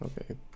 Okay